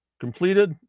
completed